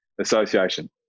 association